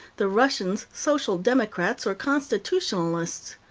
the russians social democrats or constitutionalists.